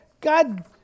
God